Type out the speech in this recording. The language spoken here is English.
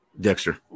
Dexter